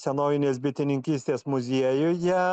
senovinės bitininkystės muziejuje